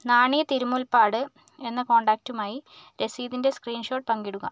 നാണി തിരുമുൽപ്പാട് എന്ന കോൺടാക്റ്റുമായി രസീതിൻ്റെ സ്ക്രീൻ ഷോട്ട് പങ്കിടുക